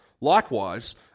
Likewise